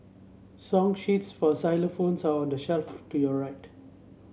song sheets for xylophones are on the shelf to your right